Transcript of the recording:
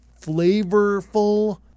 flavorful